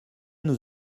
nous